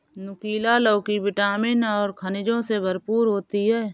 नुकीला लौकी विटामिन और खनिजों से भरपूर होती है